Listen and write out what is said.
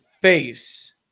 face